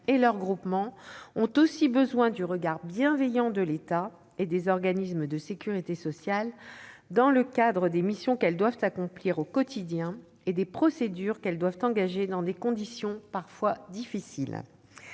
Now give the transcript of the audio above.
et leurs groupements ont aussi besoin du regard bienveillant de l'État et des organismes de sécurité sociale dans le cadre des missions qu'ils doivent accomplir au quotidien et des procédures qu'ils doivent engager dans des conditions parfois difficiles.